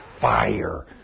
fire